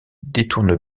détourne